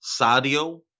Sadio